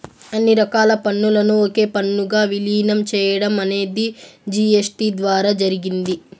అన్ని రకాల పన్నులను ఒకే పన్నుగా విలీనం చేయడం అనేది జీ.ఎస్.టీ ద్వారా జరిగింది